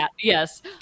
yes